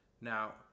Now